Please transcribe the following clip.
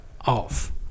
off